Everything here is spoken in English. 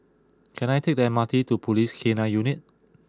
can I take the M R T to Police K nine Unit